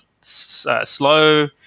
slow